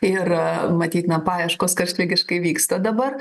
ir matyt na paieškos karštligiškai vyksta dabar